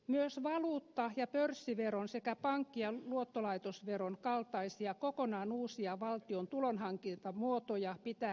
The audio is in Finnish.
myös valuutta ja pörssiveron sekä pankki ja luottolaitosveron kaltaisia kokonaan uusia valtion tulonhankintamuotoja pitää ripeästi selvittää